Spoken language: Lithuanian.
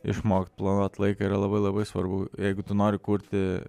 išmokt planuot laiką yra labai labai svarbu jeigu tu nori kurti